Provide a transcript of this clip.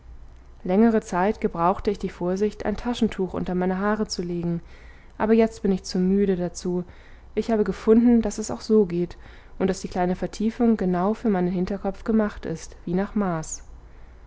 längere zeit gebrauchte ich die vorsicht ein taschentuch unter meine haare zu legen aber jetzt bin ich zu müde dazu ich habe gefunden daß es auch so geht und daß die kleine vertiefung genau für meinen hinterkopf gemacht ist wie nach maß